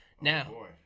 Now